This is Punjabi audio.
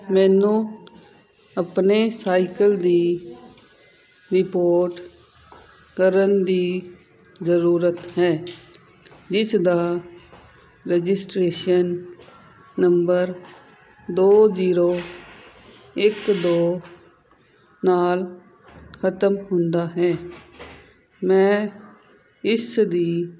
ਮੈਨੂੰ ਆਪਣੇ ਸਾਈਕਲ ਦੀ ਰਿਪੋਰਟ ਕਰਨ ਦੀ ਜ਼ਰੂਰਤ ਹੈ ਜਿਸ ਦਾ ਰਜਿਸਟ੍ਰੇਸ਼ਨ ਨੰਬਰ ਦੋ ਜੀਰੋ ਇੱਕ ਦੋ ਨਾਲ ਖਤਮ ਹੁੰਦਾ ਹੈ ਮੈਂ ਇਸ ਦੀ